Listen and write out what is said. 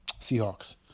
Seahawks